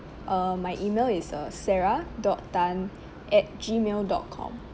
uh my email is uh sarah dot tan at gmail dot com